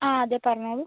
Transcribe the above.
ആ അതെ പറഞ്ഞോളൂ